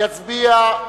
יצביע.